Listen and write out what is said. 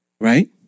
Right